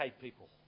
people